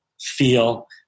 feel